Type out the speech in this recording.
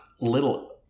little